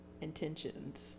intentions